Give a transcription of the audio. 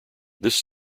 this